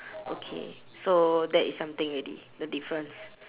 okay so that is something already the difference